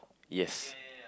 yes